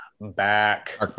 back